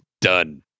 Done